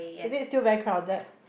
is it still very crowded